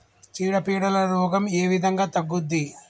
చీడ పీడల రోగం ఏ విధంగా తగ్గుద్ది?